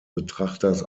betrachters